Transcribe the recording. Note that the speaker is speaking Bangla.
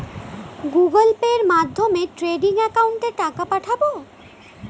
গুগোল পের মাধ্যমে ট্রেডিং একাউন্টে টাকা পাঠাবো?